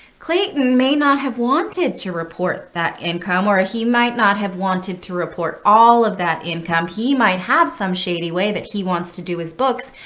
clayton may not have wanted to report that income, or he might not have wanted to report all of that income. he might have some shady way that he wants to do his books.